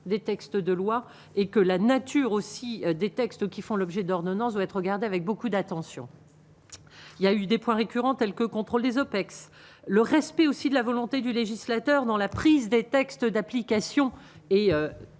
des textes de loi et que la nature aussi des textes qui font l'objet d'ordonnances doit être regardée avec beaucoup d'attention, il y a eu des points récurrents tels que contrôle des OPEX, le respect aussi de la volonté du législateur dans la prise des textes d'application et